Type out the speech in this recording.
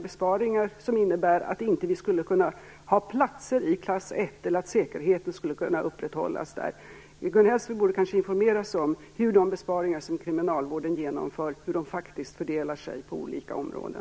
besparingar i kriminalvården som innebär att vi inte skulle kunna ha platser i klass 1, eller att säkerheten inte skulle kunna upprätthållas där. Gun Hellsvik borde kanske informera sig om hur de besparingar som kriminalvården genomför faktiskt fördelar sig på olika områden.